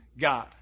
God